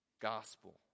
gospel